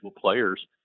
players